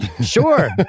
Sure